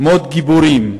מות גיבורים,